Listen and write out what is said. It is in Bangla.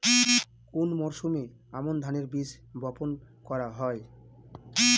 কোন মরশুমে আমন ধানের বীজ বপন করা হয়?